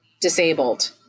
disabled